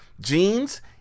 Jeans